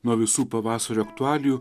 nuo visų pavasario aktualijų